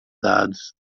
dados